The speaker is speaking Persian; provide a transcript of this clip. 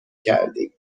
کردیم